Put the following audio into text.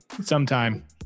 Sometime